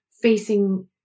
facing